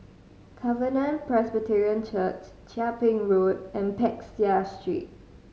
Covenant Presbyterian Church Chia Ping Road and Peck Seah Street